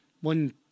one